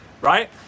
right